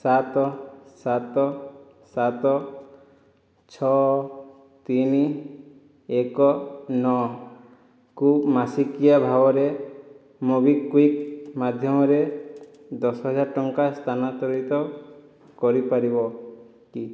ସାତ ସାତ ସାତ ଛଅ ତିନି ଏକ ନଅକୁ ମାସିକିଆ ଭାବରେ ମୋବିକ୍ଵିକ୍ ମାଧ୍ୟମରେ ଦଶ ହଜାର ଟଙ୍କା ସ୍ଥାନାନ୍ତରିତ କରିପାରିବ କି